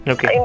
Okay